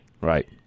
right